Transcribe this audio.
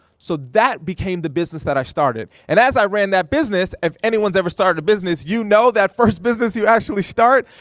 so that became the business that i started. and as i ran that business, if anyone's ever started a business, you know that first business you actually start,